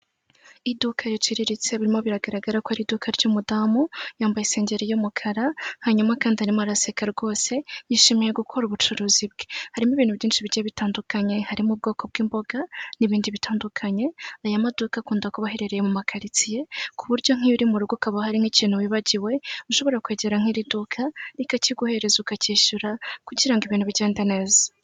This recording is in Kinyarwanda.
Iri ni iduka riciriritse, kandi bigaragara ko ari iry’umudamu wambaye isengeri y’umukara. Uyu mudamu araseka, agaragaza ko yishimiye gukora ubucuruzi bwe. Muri iri duka harimo ibintu bitandukanye, birimo ubwoko bw’imboga n’ibindi bicuruzwa. Aya maduka akunda kuba aherereye mu maquartiers, ku buryo iyo uri mu rugo wibagiwe ikintu, ushobora kwegera iryo duka rikakiguha, ukacyishyura, bityo ibintu bigakomeza kugenda neza.